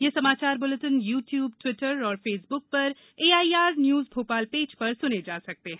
ये समाचार bulletin YouTube Twitter और फेसबुक पर एआईआर न्यूज भोपाल पेज पर सुने जा सकते हैं